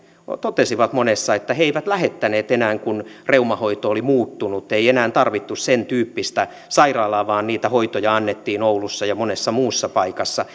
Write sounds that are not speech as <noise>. totesivat monessa että he eivät lähettäneet enää kun reumahoito oli muuttunut ei enää tarvittu sentyyppistä sairaalaa vaan niitä hoitoja annettiin oulussa ja monessa muussa paikassa <unintelligible>